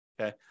Okay